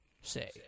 say